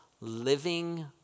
living